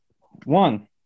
one